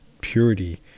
purity